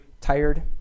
tired